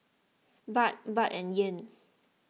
Baht Baht and Yen